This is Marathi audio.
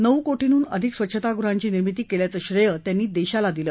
नऊ कोटीहून अधिक स्वच्छता गृहांची निर्मिती केल्याचं श्रेय त्यांनी देशाला दिलं